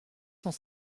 cent